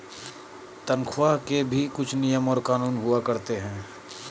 तन्ख्वाह के भी कुछ नियम और कानून हुआ करते हैं